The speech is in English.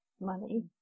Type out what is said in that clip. money